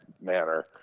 manner